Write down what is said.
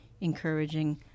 encouraging